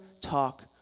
talk